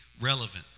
relevant